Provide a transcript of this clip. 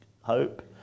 hope